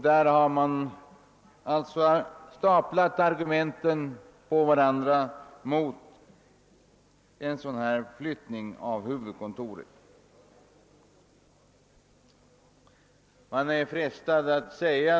Där har argumenten mot en sådan här flyttning av huvudkontoret staplats på varandra.